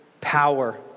power